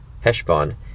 Heshbon